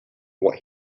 what